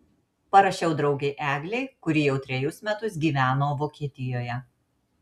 parašiau draugei eglei kuri jau trejus metus gyveno vokietijoje